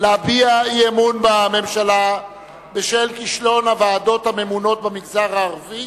להביע אי-אמון בממשלה בשל כישלון הוועדות הממונות במגזר הערבי